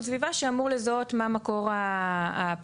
סביבה שאמור לזהות מה מקור הפליטות.